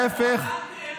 להפך,